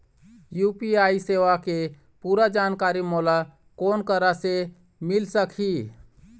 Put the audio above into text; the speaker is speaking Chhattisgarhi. यू.पी.आई सेवा के पूरा जानकारी मोला कोन करा से मिल सकही?